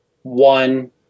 One